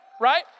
right